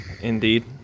Indeed